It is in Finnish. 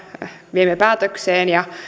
viemme päätökseen ja